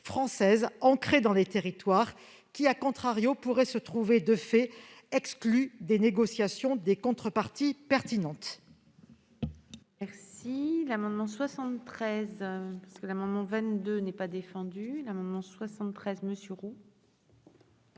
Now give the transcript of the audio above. françaises, ancrées dans les territoires, qui pourraient se trouver de fait exclues des négociations des contreparties pertinentes.